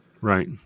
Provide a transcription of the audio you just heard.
Right